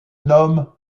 nomme